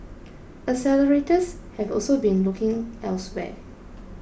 accelerators have also been looking elsewhere